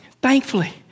thankfully